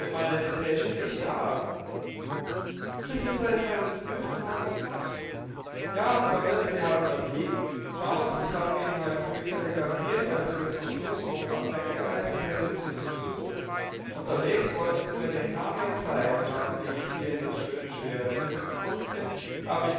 meine depesche nicht erhalten wir sind seit heute früh von hause fort ja da wird sie halt dort liegen schauens ich hab ihnen heut früh telegraphiert als wir von frus wohnort weggereist sind um sie zu besuchen unterwegs wollten sie mir den kram hier zeigen aber wie ich hier in das schöne schwere zimmer gekommen bin hab ich